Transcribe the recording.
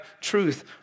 truth